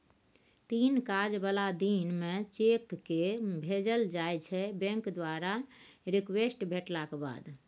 तीन काज बला दिन मे चेककेँ भेजल जाइ छै बैंक द्वारा रिक्वेस्ट भेटलाक बाद